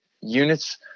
Units